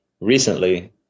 recently